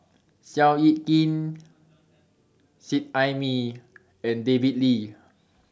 Seow Yit Kin Seet Ai Mee and David Lee